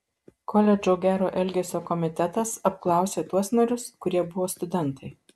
koledžo gero elgesio komitetas apklausė tuos narius kurie buvo studentai